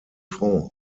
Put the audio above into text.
france